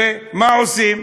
ומה עושים?